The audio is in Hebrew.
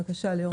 בבקשה, ליאור.